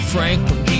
Franklin